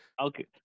okay